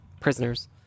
prisoners